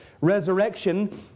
resurrection